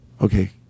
Okay